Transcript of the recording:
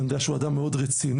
אני יודע שהוא אדם מאוד רציני,